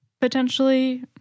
Potentially